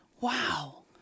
Wow